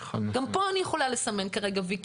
גם פה אני יכולה לסמן כרגע "וי",